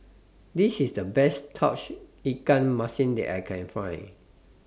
This IS The Best Tauge Ikan Masin that I Can Find